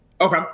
Okay